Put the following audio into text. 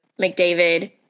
McDavid